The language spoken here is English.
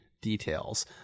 details